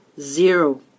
zero